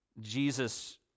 Jesus